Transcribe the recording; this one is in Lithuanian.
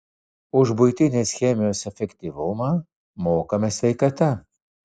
už buitinės chemijos efektyvumą mokame sveikata